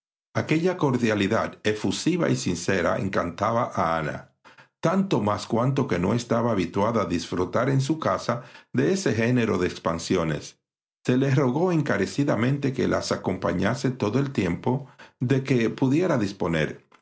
aquella cordialidad efusiva y sincera encantaba a ana tanto más cuanto que no estaba habituada a disfrutar en su casa de ese género de expansiones se le rogó encarecidamente que las acompañase todo el tiempo de que pudiera disponer